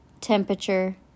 temperature